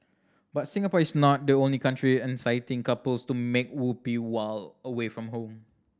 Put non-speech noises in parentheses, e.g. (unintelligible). but Singapore is not the only country (unintelligible) couples to make whoopee while away from home